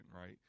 right